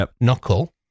knuckle